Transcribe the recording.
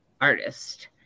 artist